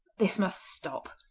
this must stop!